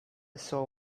saw